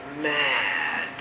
mad